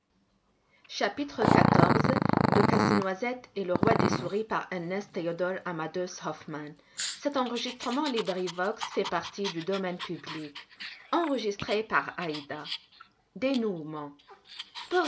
entre casse-noisette et le roi des souris